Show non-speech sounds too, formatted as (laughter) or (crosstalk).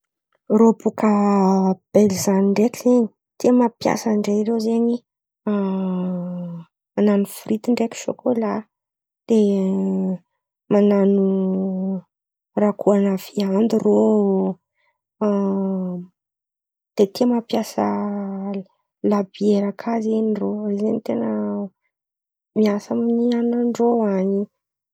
Rô bòka Belza any ndreky zen̈y, tia mampiasa ndray irô zen̈y (hesitation) manano frity ndreky sôkôlà. De (hesitation) Manano raha gò ana viandy rô. (hesitation) De tia mampiasa labiera kà zen̈y rô zen̈y ten̈a miasa amy ihinanan-drô any.